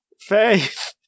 Faith